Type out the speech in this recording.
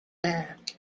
bag